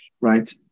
right